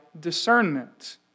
discernment